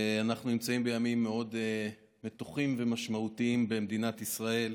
אנחנו נמצאים בימים מאוד מתוחים ומשמעותיים במדינת ישראל,